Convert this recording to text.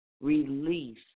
release